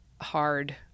hard